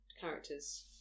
characters